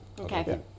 Okay